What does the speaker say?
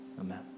Amen